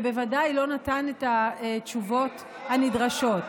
ובוודאי לא נתן את התשובות הנדרשות.